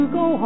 go